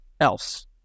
Else